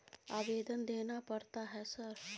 आवेदन देना पड़ता है सर?